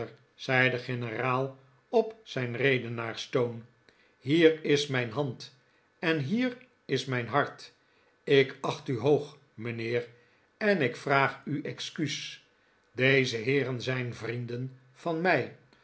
zei de generaal op zijn redenaarstoon hier is mijn hand en hier is mijn hart ik acht u hoog mijnheer eh ik vraag u excuus deze heeren zijn vrienden van mij